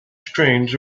strains